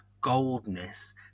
goldness